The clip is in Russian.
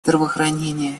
здравоохранения